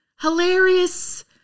hilarious